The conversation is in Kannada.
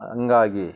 ಹಂಗಾಗಿ